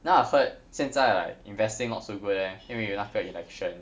now I heard 现在 like investing not so good leh 因为有那个 election